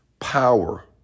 power